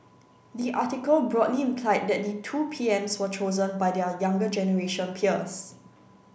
the article broadly implied that the two P M S were chosen by their younger generation peers